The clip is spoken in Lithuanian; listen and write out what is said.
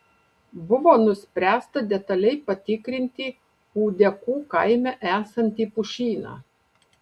buvo nuspręsta detaliai patikrinti ūdekų kaime esantį pušyną